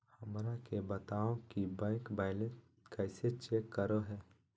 हमरा के बताओ कि बैंक बैलेंस कैसे चेक करो है?